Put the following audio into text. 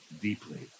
deeply